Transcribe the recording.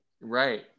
Right